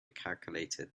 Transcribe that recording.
calculator